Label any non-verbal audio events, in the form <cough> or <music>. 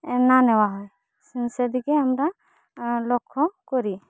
<unintelligible> নেওয়া হয় সেদিকে আমরা লক্ষ্য করি